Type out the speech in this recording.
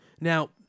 Now